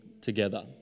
together